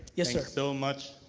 yeah so so much.